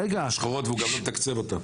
שחורות והוא גם לא מתקצב אותן.